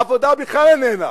העבודה בכלל איננה.